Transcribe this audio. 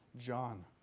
John